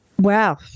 wow